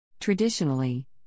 Traditionally